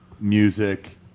music